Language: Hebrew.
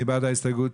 מי בעד ההסתייגות?